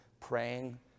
praying